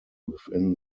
within